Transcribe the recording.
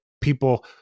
people